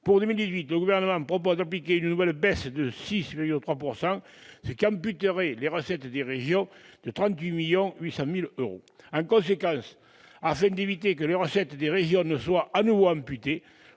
Pour 2018, le Gouvernement propose d'appliquer une nouvelle baisse de 6,3 %, ce qui amputerait les recettes des régions de 38,8 millions d'euros. En conséquence, afin d'éviter que les recettes des régions ne soient de nouveau amputées,